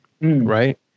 right